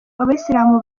abayisilamu